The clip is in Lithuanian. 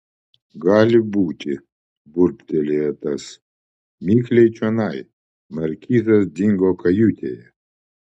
gali būti burbtelėjo tas mikliai čionai markizas dingo kajutėje